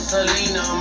Selena